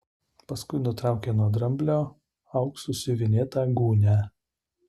paskui nutraukė nuo dramblio auksu siuvinėtą gūnią